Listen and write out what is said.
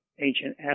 ancient